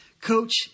coach